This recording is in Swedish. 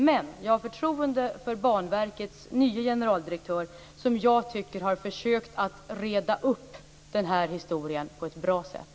Men jag har förtroende för Banverkets nye generaldirektör, som jag tycker har försökt att reda ut denna historia på ett bra sätt.